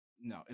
No